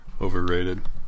overrated